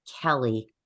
Kelly